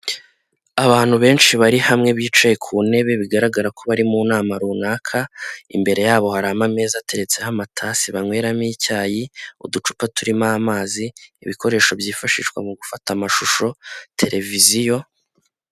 Abantu benshi bari hamwe bicaye ku ntebe bigaragara ko bari mu nama runaka imbere yabo hari amameza ateretseho amatasi banyweramo icyayi, uducupa turimo amazi ibikoresho byifashishwa mu gufata amashusho, televiziyo...